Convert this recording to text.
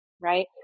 right